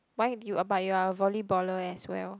why do you but you are a volleyballer as well